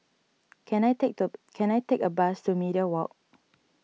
can I take the can I take a bus to Media Walk